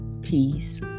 peace